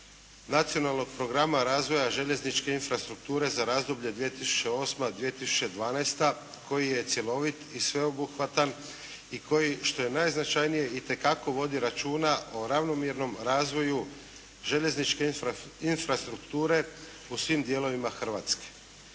Nacionalnog programa razvoja željezničke infrastrukture za razdoblje 2008.-2012. koji je cjelovit i sveobuhvatan i koji što je najznačajnije itekako vodi računa o ravnomjernom razvoju željezničke infrastrukture u svim dijelovima Hrvatske.